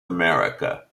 america